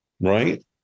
Right